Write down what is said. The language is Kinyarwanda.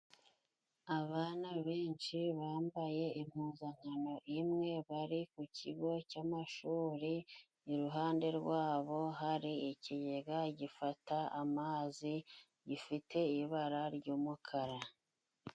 Abana benshi bambaye impuzankano imwe bari ku kigo cy'amashuri, iruhande rwabo hari ikigega gifata amazi gifite ibara ry'umukara.